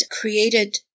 created